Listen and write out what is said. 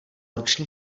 ruční